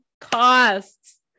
costs